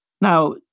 Now